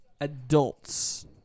adults